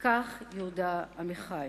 כך יהודה עמיחי.